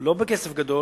לא בכסף גדול,